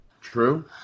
True